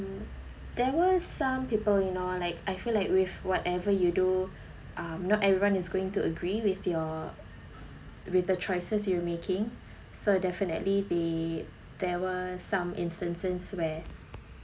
there were some people you know like I feel like with whatever you do um not everyone is going to agree with your with the choices you were making so definitely they there were some instances where